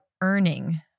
earning